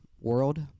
World